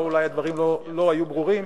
או אולי הדברים לא היו ברורים,